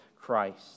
Christ